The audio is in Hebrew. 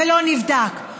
ולא נבדק?